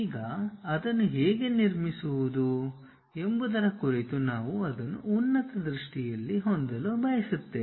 ಈಗ ಅದನ್ನು ಹೇಗೆ ನಿರ್ಮಿಸುವುದು ಎಂಬುದರ ಕುರಿತು ನಾವು ಅದನ್ನು ಉನ್ನತ ದೃಷ್ಟಿಯಲ್ಲಿ ಹೊಂದಲು ಬಯಸುತ್ತೇವೆ